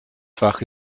fach